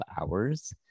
hours